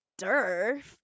Derf